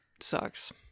sucks